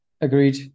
Agreed